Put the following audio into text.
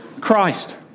Christ